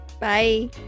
Bye